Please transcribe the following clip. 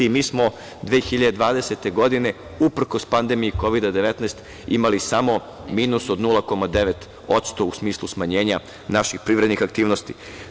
Mi smo 2020. godine, uprkos pandemiji Kovida-19 imali samo minus od 0,9%, u smislu smanjenja naših privrednih aktivnosti.